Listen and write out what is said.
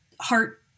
heart